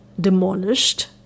demolished